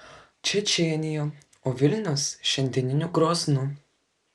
čečėnija o vilnius šiandieniniu groznu